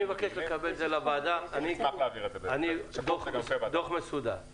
אני מבקש שתעבירו דוח מסודר לוועדה.